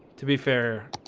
to be fair